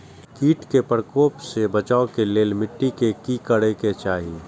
किट के प्रकोप से बचाव के लेल मिटी के कि करे के चाही?